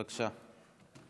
בבקשה.